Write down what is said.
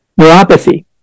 Neuropathy